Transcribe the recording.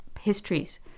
histories